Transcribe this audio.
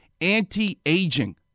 anti-aging